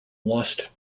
lost